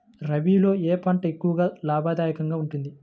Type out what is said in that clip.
రబీలో ఏ పంట ఎక్కువ లాభదాయకంగా ఉంటుంది?